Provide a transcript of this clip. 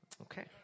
okay